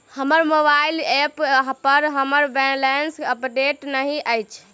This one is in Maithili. हमर मोबाइल ऐप पर हमर बैलेंस अपडेट नहि अछि